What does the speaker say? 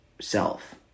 self